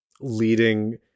leading